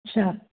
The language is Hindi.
अच्छा